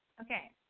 Okay